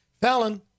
Fallon